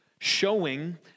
showing